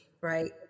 Right